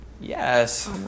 Yes